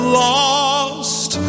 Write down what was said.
lost